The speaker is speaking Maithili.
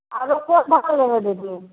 आरो कोन धान लेबै दीदी